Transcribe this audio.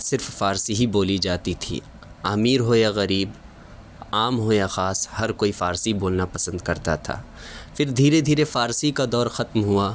صرف فارسی ہی بولی جاتی تھی امیر ہو یا غریب عام ہو یا خاص ہر کوئی فارسی بولنا پسند کرتا تھا پھر دھیرے دھیرے فارسی کا دور ختم ہوا